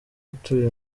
atuye